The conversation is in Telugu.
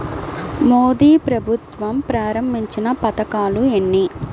మోదీ ప్రభుత్వం ప్రారంభించిన పథకాలు ఎన్ని?